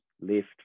left